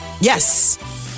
Yes